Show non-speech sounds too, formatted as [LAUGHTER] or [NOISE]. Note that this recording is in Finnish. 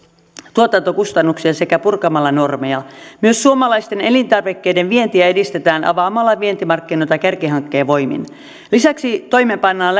tuotantokustannuksia sekä purkamalla normeja myös suomalaisten elintarvikkeiden vientiä edistetään avaamalla vientimarkkinoita kärkihankkeen voimin lisäksi toimeenpannaan [UNINTELLIGIBLE]